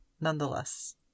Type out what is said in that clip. nonetheless